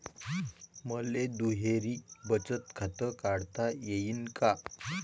मले दुहेरी बचत खातं काढता येईन का?